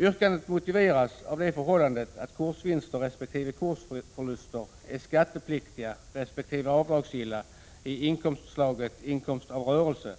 Yrkandet motiveras av det förhållandet att kursvinster resp. kursförluster är skattepliktiga resp. avdragsgilla i inkomstslaget inkomst av rörelse,